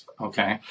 okay